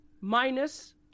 minus